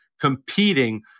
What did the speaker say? competing